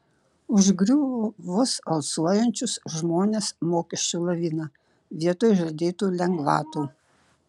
užgriuvo vos alsuojančius žmones mokesčių lavina vietoj žadėtų lengvatų